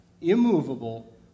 immovable